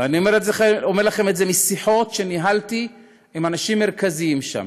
ואני אומר לכם את זה משיחות שניהלתי עם אנשים מרכזיים שם,